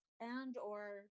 and/or